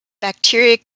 bacteria